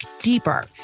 deeper